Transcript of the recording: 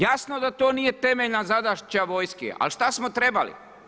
Jasno da to nije temeljna zadaća vojske, ali šta smo trebali?